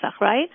right